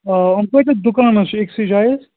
آ یِم کۭتِیاہ دُکان حظ چھِ أکسٕے جایہِ حظ